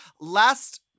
last